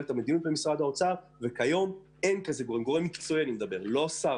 את המדיניות במשרד האוצר וכיום אין כזה גורם מקצועי במשרד.